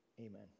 Amen